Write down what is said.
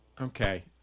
Okay